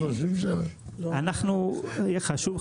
חשוב,